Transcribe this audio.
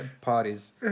parties